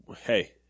Hey